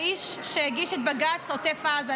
האיש שהגיש את בג"ץ עוטף עזה,